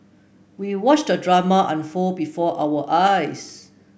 we watched the drama unfold before our eyes